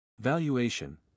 Valuation